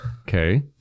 Okay